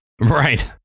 Right